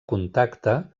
contacte